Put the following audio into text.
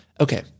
Okay